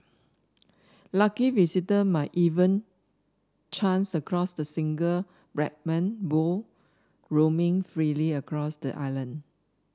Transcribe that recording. lucky visitor might even chance across the single Brahman bull roaming freely across the island